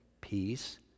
peace